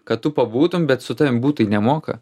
kad tu pabūtum bet su tavim būt tai nemoka